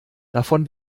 davon